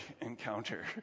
encounter